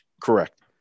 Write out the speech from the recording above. Correct